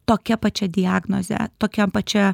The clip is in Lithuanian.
tokia pačia diagnoze tokiam pačia